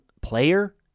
player